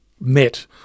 met